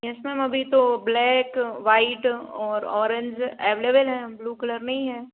yes ma'am अभी तो black white और औरेंज एवलेवल है हम ब्लू कलर नहीं है